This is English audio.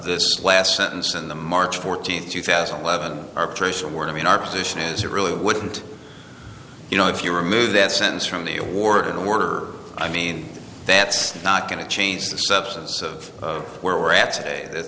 this last sentence in the march fourteenth two thousand and eleven arbitration where i mean our position is it really wouldn't you know if you remove that sentence from the award and we're i mean that's not going to change the substance of where we're at today that